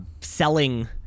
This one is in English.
selling